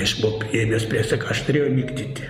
aš buvau priėmęs priesaiką aš turėjau vykdyt